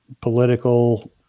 political